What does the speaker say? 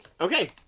Okay